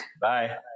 Bye